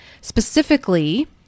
Specifically